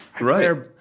Right